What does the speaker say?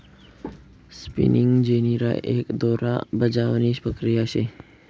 spinning jenny राय एक दोरा बजावणी प्रक्रिया शे